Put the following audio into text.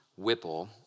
Whipple